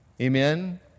Amen